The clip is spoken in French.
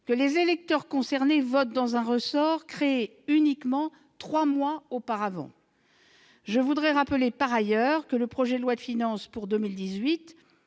que les électeurs concernés votent dans un ressort créé seulement trois mois auparavant. Je veux par ailleurs rappeler que le projet de loi de finances pour 2018